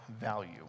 value